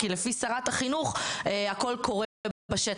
כי לפי שרת החינוך הכול קורה בשטח,